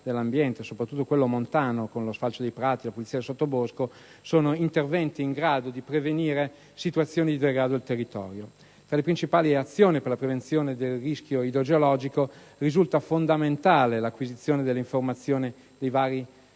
dell'ambiente (soprattutto quello montano, con lo sfalcio dei prati e la pulizia del sottobosco) sono interventi in grado di prevenire situazioni di degrado del territorio. Tra le principali azioni per la prevenzione del rischio idrogeologico, risulta fondamentale l'acquisizione delle informazioni di vari